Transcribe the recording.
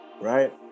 right